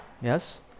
Yes